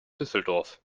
düsseldorf